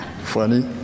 Funny